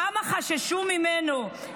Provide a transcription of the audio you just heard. כמה חששו ממנו,